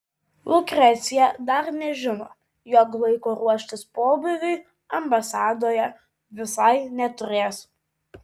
lukrecija dar nežino jog laiko ruoštis pobūviui ambasadoje visai neturės